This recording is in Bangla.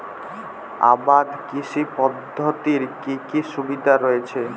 আবাদ কৃষি পদ্ধতির কি কি সুবিধা রয়েছে?